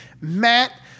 Matt